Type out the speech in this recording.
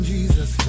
Jesus